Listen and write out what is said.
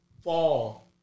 fall